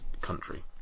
country